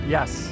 Yes